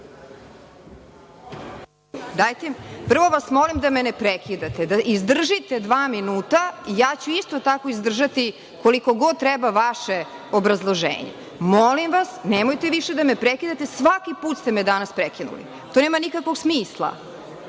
Tepić** Prvo vas molim da me ne prekidate, da izdržite dva minuta. Ja ću isto tako izdržati koliko god treba vaše obrazloženje. Molim vas, nemojte više da me prekidate. Svaki put ste me danas prekinuli. To nema nikakvog smisla. Upravo